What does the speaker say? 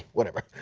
whenever.